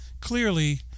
Clearly